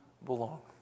belong